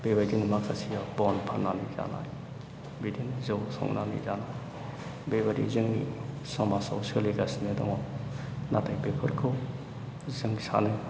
बेबायदिनो माखासेयाव बन फाननानै जानाय बिदिनो जौ संनानै जानाय बेबायदि जोंनि समाजाव सोलिगासिनो दङ नाथाय बेफोरखौ जों सानो